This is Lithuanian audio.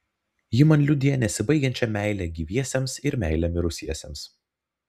ji man liudija nesibaigiančią meilę gyviesiems ir meilę mirusiesiems